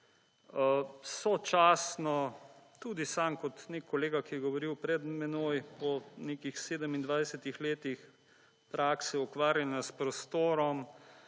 Sočasno tudi sam kot kolega, ki je govoril pred menoj, o nekih 27 letih prakse ukvarjanja s prostorom